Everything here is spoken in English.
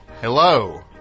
Hello